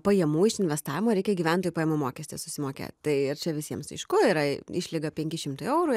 pajamų iš investavimo reikia gyventojų pajamų mokestį susimokėt tai ir čia visiems aišku yra išlyga penki šimtai eurų